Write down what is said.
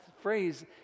phrase